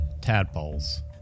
tadpoles